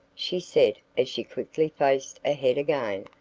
she said as she quickly faced ahead again.